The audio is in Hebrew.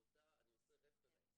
אני עושה רפרנס.